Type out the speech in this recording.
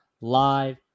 live